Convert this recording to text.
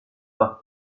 par